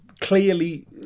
clearly